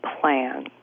plan